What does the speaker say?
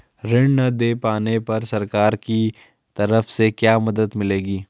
ऋण न दें पाने पर सरकार की तरफ से क्या मदद मिलेगी?